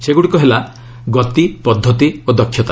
ସେଗୁଡ଼ିକ ହେଲା ଗତି ପଦ୍ଧତି ଓ ଦକ୍ଷତା